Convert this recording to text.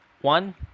one